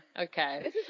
okay